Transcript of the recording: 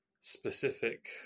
specific